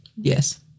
Yes